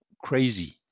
crazy